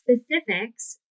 specifics